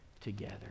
together